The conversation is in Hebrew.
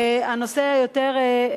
הנושא היותר,